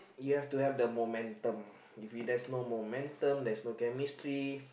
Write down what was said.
you have to have the momentum if we there's no momentum there's no chemistry